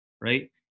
right